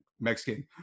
Mexican